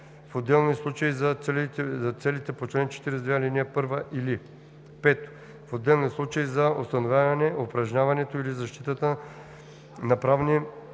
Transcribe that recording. в отделни случаи за целите по чл. 42, ал. 1, или 5. в отделни случаи за установяването, упражняването или защитата на правни